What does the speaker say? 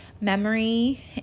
memory